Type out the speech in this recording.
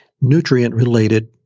nutrient-related